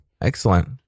excellent